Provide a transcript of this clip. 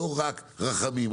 לא רק רחמים.